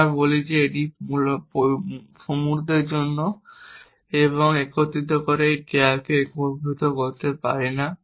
আমরা এটি বলি যে আমরা এই মুহুর্তের জন্য এবং একত্রিত করে এই টিয়ারকে একীভূত করতে পারি না